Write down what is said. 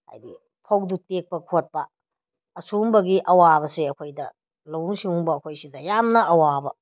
ꯍꯥꯏꯗꯤ ꯐꯧꯗꯨ ꯇꯦꯛꯄ ꯈꯣꯠꯄ ꯑꯁꯨꯒꯨꯝꯕꯒꯤ ꯑꯋꯥꯕꯁꯦ ꯑꯩꯈꯣꯏꯗ ꯂꯧꯎ ꯁꯤꯡꯎꯕ ꯑꯩꯈꯣꯏꯁꯤꯗ ꯌꯥꯝꯅ ꯑꯋꯥꯕ